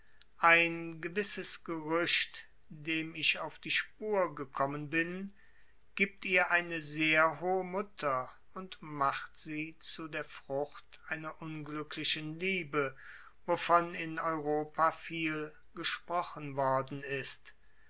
ein gewisses gerücht dem ich auf die spur gekommen bin gibt ihr eine sehr hohe mutter und macht sie zu der frucht einer unglücklichen liebe wovon in europa viel gesprochen worden ist